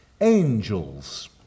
Angels